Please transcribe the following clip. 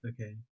okay